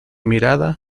mirada